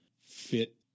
fit